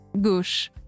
Gauche